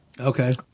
Okay